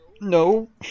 no